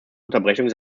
unterbrechung